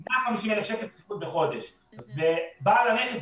--- ואני משלם 150,000 שכירות בחודש ובעל הנכס